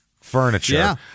furniture